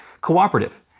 cooperative